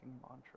mantra